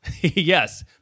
Yes